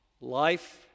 Life